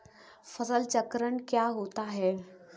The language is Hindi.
फसल चक्रण क्या होता है?